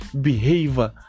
behavior